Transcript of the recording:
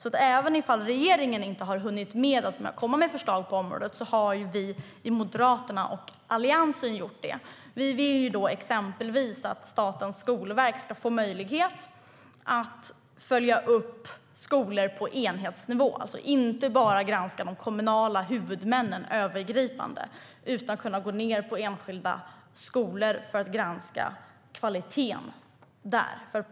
Även om regeringen inte har hunnit komma med förslag på området har Moderaterna och Alliansen gjort det. Vi vill exempelvis att Skolverket ska få möjlighet att följa upp skolor på enhetsnivå. Man ska alltså inte bara övergripande granska de kommunala huvudmännen utan ska kunna gå ned och granska kvaliteten på enskilda skolor.